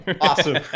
awesome